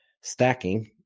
stacking